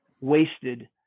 wasted